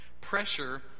Pressure